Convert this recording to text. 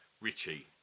Richie